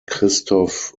christoph